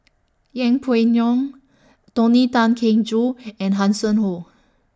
Yeng Pway Ngon Tony Tan Keng Joo and Hanson Ho